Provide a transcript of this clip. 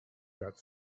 got